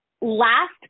Last